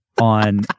on